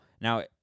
Now